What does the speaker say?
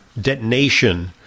detonation